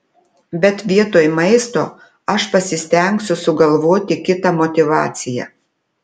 bet vietoj maisto aš pasistengsiu sugalvoti kitą motyvaciją